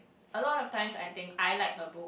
a lot of times I think I like a book